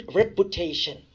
reputation